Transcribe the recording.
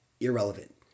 irrelevant